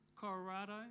Colorado